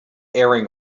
airing